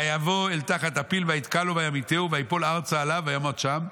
ויבוא אל תחת הפיל ויתקע לו וימיתהו וייפול ארצה עליו וימת שם.